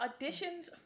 auditions